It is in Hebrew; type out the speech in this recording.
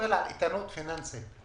שואל על איתנות פיננסית,